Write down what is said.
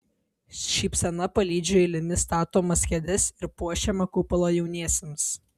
šypsena palydžiu eilėmis statomas kėdes ir puošiamą kupolą jauniesiems